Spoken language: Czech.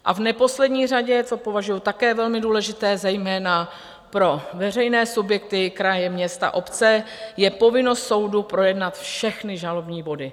A v neposlední řadě, co považuji také za velmi důležité, zejména pro veřejné subjekty, kraje, města, obce, je povinnost soudu projednat všechny žalobní body.